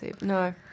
No